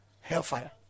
hellfire